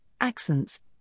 accents